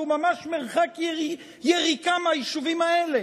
שהוא ממש מרחק יריקה מהיישובים האלה,